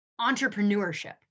entrepreneurship